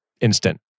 instant